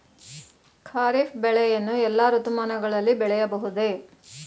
ಖಾರಿಫ್ ಬೆಳೆಯನ್ನು ಎಲ್ಲಾ ಋತುಮಾನಗಳಲ್ಲಿ ಬೆಳೆಯಬಹುದೇ?